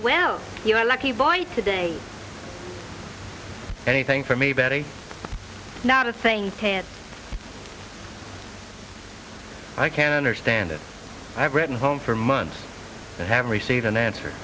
well you're lucky by today anything from a betty not a thing can't i can't understand it i've written home for months i have received an answer